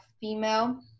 female